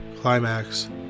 Climax